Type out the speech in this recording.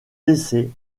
décès